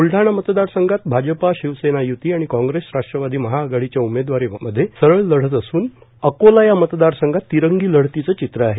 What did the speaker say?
बुलढाणा मतदारसंघात भाजपा शिवसेना युती आणि काँग्रेस राष्ट्रवदी महाआघाडीच्या उमेदवारांमध्ये सरळ लढत असून अकोला या मतदारसंघात तिरंगी लढतीचं चित्र आहे